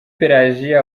pelagie